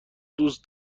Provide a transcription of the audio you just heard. دوست